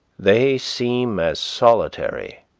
they seem as solitary,